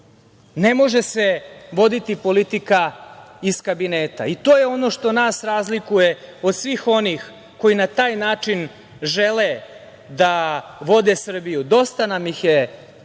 može se voditi politika iz kabineta i to je ono što nas razlikuje od svih onih koji na taj način žele da vode Srbiju. Dosta nam ih je i